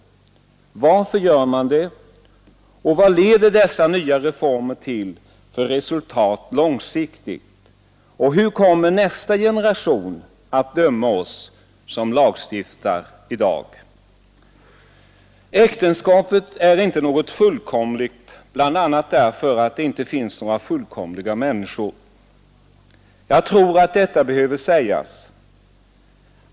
Varför gör man det? Vad leder dessa nya reformer till för resultat långsiktigt? Och hur kommer nästa generation att döma oss som lagstiftar i dag? Äktenskapet är inte något fullkomligt, bl.a. därför att det inte finns 113 några fullkomliga människor. Jag tror att detta behöver sägas.